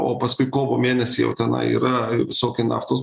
o paskui kovo mėnesį jau tenai yra visoki naftos